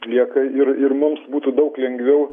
lieka ir ir mums būtų daug lengviau